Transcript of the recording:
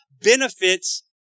benefits